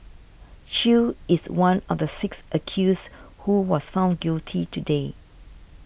Chew is one of the six accused who was found guilty today